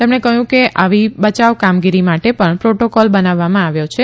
તેમણે કહ્યું કે આવી બયાવ કામગીરી માટે પણ પ્રોટોકોલ બનાવવામાં આવ્યો છે